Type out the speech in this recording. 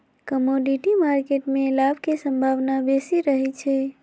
commodity market में लाभ के संभावना बेशी रहइ छै